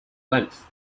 length